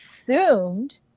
assumed